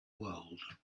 world